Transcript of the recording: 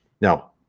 Now